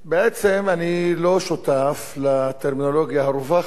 אני לא שותף לטרמינולוגיה הרווחת בבית הזה,